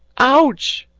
ouch!